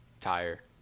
tire